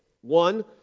One